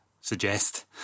suggest